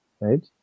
right